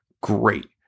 Great